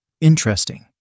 Interesting